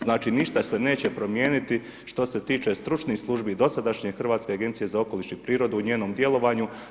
Znači, ništa se neće promijeniti što se tiče stručnih službi dosadašnje Hrvatske agencije za okoliš i prirodu u njenom djelovanju.